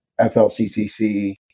FLCCC